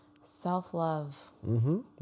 Self-love